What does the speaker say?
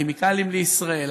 כימיקלים לישראל,